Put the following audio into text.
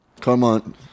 Carmont